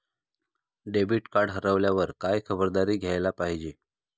Debit card हरवल्यावर काय खबरदारी घ्यायला पाहिजे?